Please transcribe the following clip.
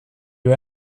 you